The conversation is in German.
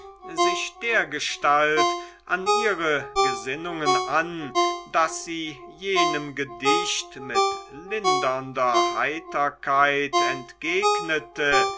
sich dergestalt an ihre gesinnungen an daß sie jenem gedicht mit lindernder heiterkeit